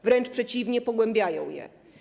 Wręcz przeciwnie - pogłębiają je.